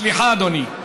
סליחה, אדוני.